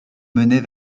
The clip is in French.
menait